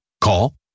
Call